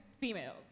females